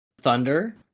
Thunder